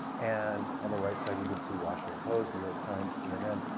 and on the right side you can see washington post, new york times, cnn,